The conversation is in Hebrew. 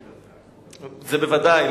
זה בוודאי.